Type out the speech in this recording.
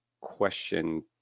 question